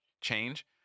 change